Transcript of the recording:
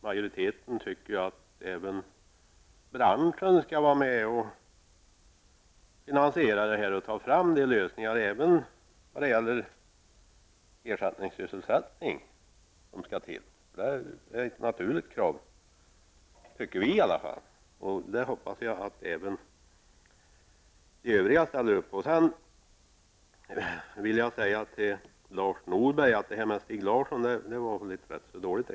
Majoriteten tycker att även branschen skall vara med och finansiera detta och ta fram lösningar också när det gäller ersättningssysselsättning. Det är ett naturligt krav, tycker vi. Jag hoppas att ni övriga ställer upp på det. Lars Norberg, exemplet med Stig Larsson var väl ganska dåligt.